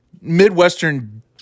midwestern